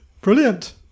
brilliant